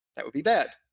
that would be bad